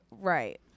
Right